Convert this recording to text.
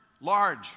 large